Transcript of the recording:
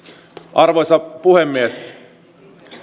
arvoisa puhemies